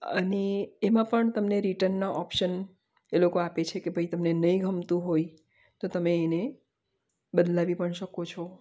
અને એમાં પણ તમને રિટર્નનો ઓપ્શન એ લોકો આપે છે કે ભાઈ તમને નહીં ગમતું હોય તો તમે એને બદલાવી પણ શકો છો